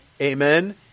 Amen